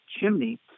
chimney